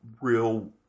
real